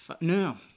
No